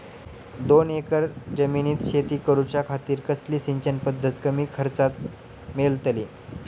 दोन एकर जमिनीत शेती करूच्या खातीर कसली सिंचन पध्दत कमी खर्चात मेलतली?